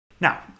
Now